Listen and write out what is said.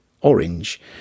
orange